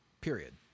Period